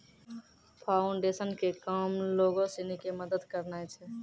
foundation के काम लोगो सिनी के मदत करनाय छै